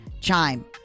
Chime